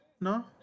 No